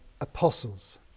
apostles